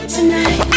Tonight